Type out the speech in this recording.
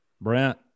Brent